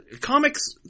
comics